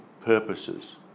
purposes